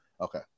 okay